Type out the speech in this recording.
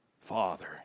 father